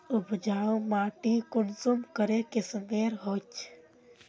उपजाऊ माटी कुंसम करे किस्मेर होचए?